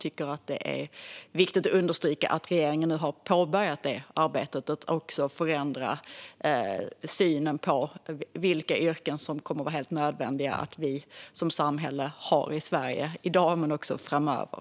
Det är dock viktigt att understryka att regeringen nu har påbörjat detta arbete och också att förändra synen på vilka yrken som kommer att vara helt nödvändiga för oss som samhälle att ha i Sverige, både i dag och framöver.